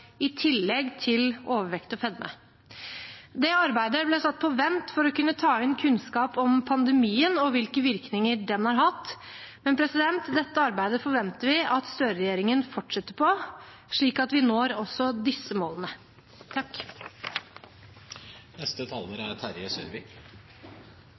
i tillegg til overvekt og fedme. Det arbeidet ble satt på vent for å kunne ta inn kunnskap om pandemien og hvilke virkninger den har hatt. Men dette arbeidet forventer vi at Støre-regjeringen fortsetter, slik at vi når også disse målene.